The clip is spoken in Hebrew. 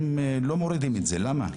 ואתם לא מורידים את זה, למה?